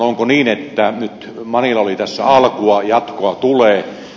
onko niin että nyt manila oli tässä alkua ja jatkoa tulee